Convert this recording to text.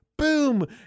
Boom